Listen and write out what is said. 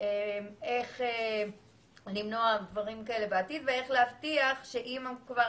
איך למנוע דברים כאלה בעתיד ולהבטיח שאם כבר